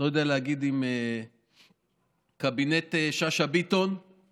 אני לא יודע אם להגיד קבינט שאשא ביטון, היא: